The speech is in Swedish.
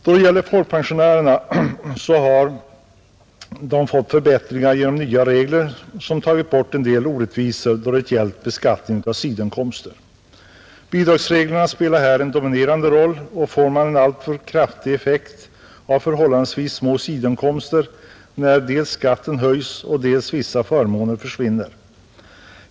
Då det gäller folkpensionärerna, så har de fått förbättringar genom nya regler som tagit bort en del orättvisor i fråga om beskattningen av sidoinkomster. Bidragsreglerna spelar här en dominerande roll, och man får en alltför kraftig effekt av förhållandevis små sidoinkomster när skatten höjs, och dessutom en del förmåner försvinner.